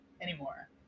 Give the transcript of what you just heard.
anymore